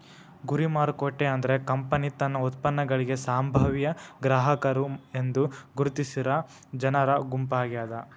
ಗುರಿ ಮಾರುಕಟ್ಟೆ ಅಂದ್ರ ಕಂಪನಿ ತನ್ನ ಉತ್ಪನ್ನಗಳಿಗಿ ಸಂಭಾವ್ಯ ಗ್ರಾಹಕರು ಎಂದು ಗುರುತಿಸಿರ ಜನರ ಗುಂಪಾಗ್ಯಾದ